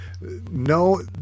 no